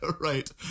Right